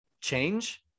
change